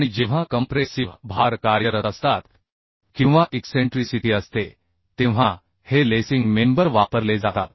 आणि जेव्हा कंप्रेसिव्ह भार कार्यरत असतात किंवा इक्सेंट्रीसिटी असते तेव्हा हे लेसिंग मेंबर वापरले जातात